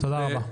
תודה רבה.